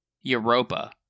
Europa